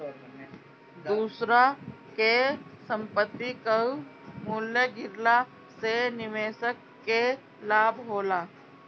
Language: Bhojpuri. दूसरा के संपत्ति कअ मूल्य गिरला से निवेशक के लाभ होला